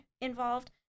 involved